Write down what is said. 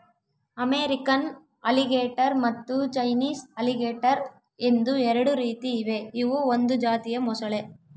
American alligator ಮತ್ತು Chinese alligator ಎಂದು ಎರಡು ರೀತಿ ಇವೆ ಇವು ಒಂದು ಜಾತಿಯ ಮೊಸಳೆ